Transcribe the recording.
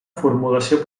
formulació